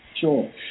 Sure